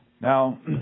Now